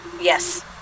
Yes